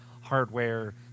hardware